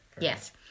Yes